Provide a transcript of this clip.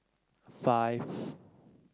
five